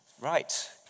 Right